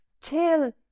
till